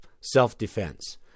Self-defense